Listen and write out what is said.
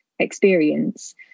experience